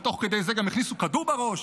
ותוך כדי זה גם הכניסו כדור בראש.